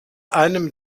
einem